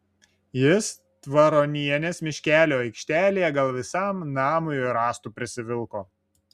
jis tvaronienės miškelio aikštelėje gal visam namui rąstų prisivilko